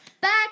back